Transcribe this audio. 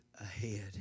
ahead